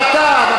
זו דעתה.